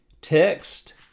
text